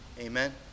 Amen